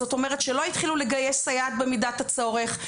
זאת אומרת שלא התחילו לגייס סייעת במידת הצורך,